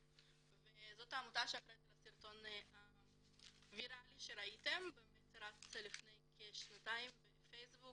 וזאת העמותה שאחראית לסרטון הויראלי שראיתם שרץ לפני כשנתיים בפייסבוק